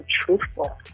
truthful